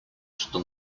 что